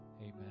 amen